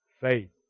faith